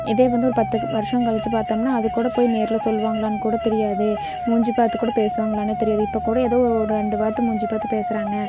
இதே வந்து ஒரு பத்துக்கு வர்ஷம் கழித்து பார்த்தம்னா அதுக்கூட போய் நேரில் சொல்வாங்களானு கூட தெரியாது மூஞ்சி பார்த்து கூட பேசுவாங்களானே தெரியாது இப்போ கூட ஏதோ ஒரு ரெண்டு வார்த்தை மூஞ்சி பார்த்து பேசறாங்க